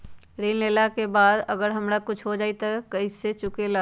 ऋण लेला के बाद अगर हमरा कुछ हो जाइ त ऋण कैसे चुकेला?